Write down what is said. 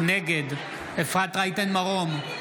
נגד אפרת רייטן מרום,